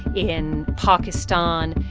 in pakistan,